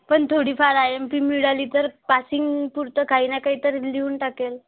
पण थोडीफार I M P मिळाली तर पासिंगपुरते काही ना काही तरी लिहून टाकेल